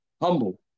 humble